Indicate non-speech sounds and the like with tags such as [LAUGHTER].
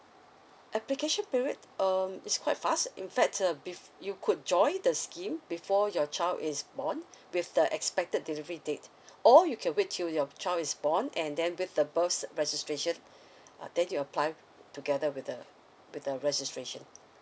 application period um it's quite fast in fact uh bef~ you could join the scheme before your child is born with the expected delivery date or you can wait till your child is born and then with the birth's registration [BREATH] uh then you apply together with the with the registration